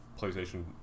PlayStation